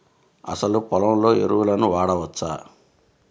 అసలు పొలంలో ఎరువులను వాడవచ్చా?